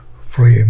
frame